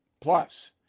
Plus